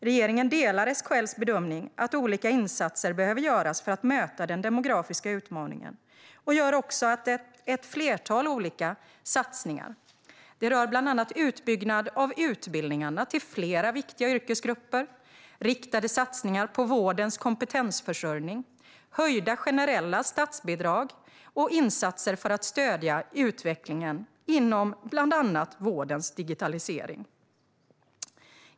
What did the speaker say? Regeringen delar SKL:s bedömning att olika insatser behöver göras för att möta den demografiska utmaningen och gör också ett flertal olika satsningar. Det rör bland annat utbyggnad av utbildningarna till flera viktiga yrkesgrupper, riktade satsningar på vårdens kompetensförsörjning, höjda generella statsbidrag och insatser för att stödja utvecklingen inom bland annat vårdens digitalisering.